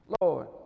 Lord